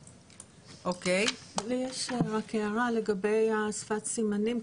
יש לי הערה לגבי שפת סימנים.